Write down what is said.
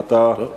ואתה רשאי,